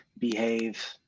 behave